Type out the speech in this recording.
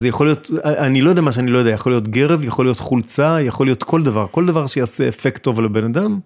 זה יכול להיות, אני לא יודע מה שאני לא יודע, יכול להיות גרב, יכול להיות חולצה, יכול להיות כל דבר, כל דבר שיעשה אפקט טוב על הבן אדם.